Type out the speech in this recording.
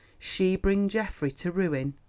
she bring geoffrey to ruin?